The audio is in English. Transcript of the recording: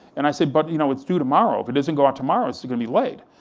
and i said, but you know it's due tomorrow, if it doesn't go out tomorrow, it's gonna be late.